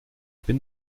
bin